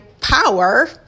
power